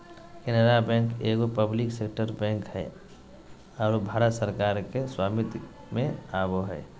Canara bank एगो public sector bank हइ आरो भारत सरकार के स्वामित्व में आवो हइ